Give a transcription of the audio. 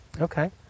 Okay